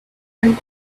poured